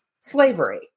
slavery